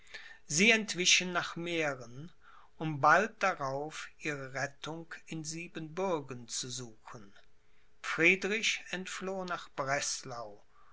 sie entwichen nach mähren um bald darauf ihre rettung in siebenbürgen zu suchen friedrich entfloh nach breslau